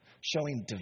Showing